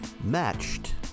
matched